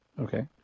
Okay